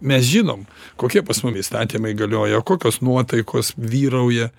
mes žinom kokie pas mumi įstatymai galioja kokios nuotaikos vyrauja